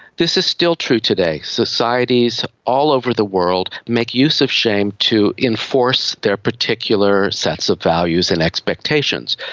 this is still true today. societies all over the world make use of shame to enforce their particular sets of values and expectations.